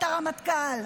את הרמטכ"ל".